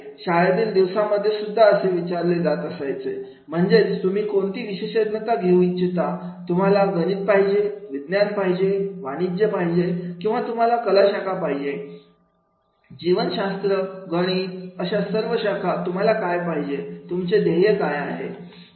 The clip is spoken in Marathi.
शाळेतील दिवसांमध्ये सुद्धा असे विचारले जात असायचं म्हणजेच तुम्ही कोणती विशेषज्ञता घेऊ इच्छितातुम्हाला गणित पाहिजे किंवा विज्ञान किंवा वाणिज्य किंवा तुम्हाला कला शाखा पाहिजे जीवशास्त्र गणित अशा सर्व शाखा तुम्हाला काय पाहिजे तुमचे ध्येय काय आहे